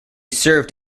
served